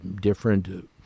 different